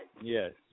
Yes